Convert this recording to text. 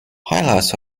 highlights